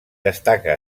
destaca